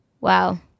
Wow